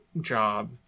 job